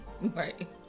right